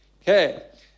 Okay